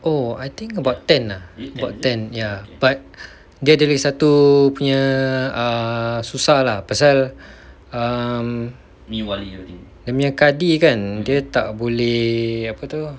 oh I think about ten ah ya but dia ada lagi satu err punya susah lah pasal um dia nya kadi kan dia tak boleh apa tu